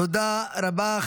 תודה רבה.